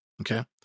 Okay